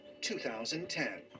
2010